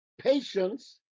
Patience